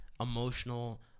emotional